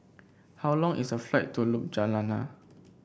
how long is the flight to Ljubljana